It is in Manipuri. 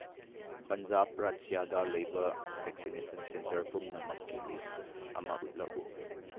ꯄꯟꯖꯥꯕ ꯔꯥꯖ꯭ꯌꯗ ꯂꯩꯕ ꯚꯦꯛꯁꯤꯅꯦꯁꯟ ꯁꯦꯟꯇꯔ ꯄꯨꯝꯅꯃꯛꯀꯤ ꯂꯤꯁ ꯑꯃ ꯎꯠꯂꯛꯎ